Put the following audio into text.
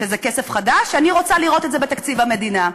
שזה כסף חדש, אני רוצה לראות את זה בתקציב המדינה.